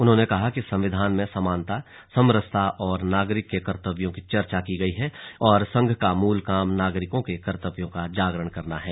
उन्होंने कहा कि संविधान में समानता समरसता और नागरिक के कर्तव्यों की चर्चा की गई है और संघ का मूल काम नागरिकों के कर्तव्यों का जागरण करना है